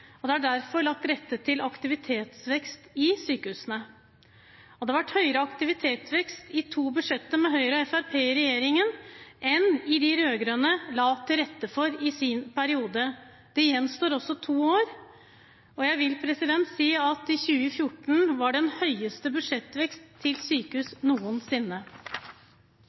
bærebjelken. Det er derfor lagt til rette for aktivitetsvekst i sykehusene. Det har vært en høyere aktivitetsvekst i to budsjettår med Høyre og Fremskrittspartiet i regjering enn det de rød-grønne la til rette for i sin periode. Det gjenstår to år, og jeg vil si at 2014 var året med den høyeste budsjettveksten til sykehus noensinne.